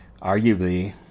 arguably